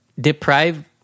deprive